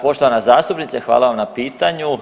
Poštovana zastupnice hvala vam na pitanju.